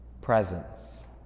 presence